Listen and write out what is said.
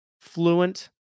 fluent